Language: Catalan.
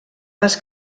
les